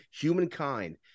humankind